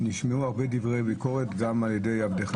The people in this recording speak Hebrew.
נשמעו הרבה דברי ביקורת גם על-ידי עבדך